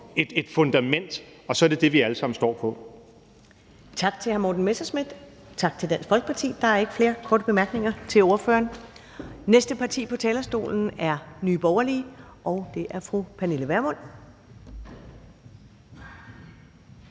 16:56 Første næstformand (Karen Ellemann) : Tak til hr. Morten Messerschmidt, tak til Dansk Folkeparti. Der er ikke flere korte bemærkninger til ordføreren. Det næste parti på talerstolen er Nye Borgerlige, og det er fru Pernille Vermund